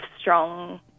strong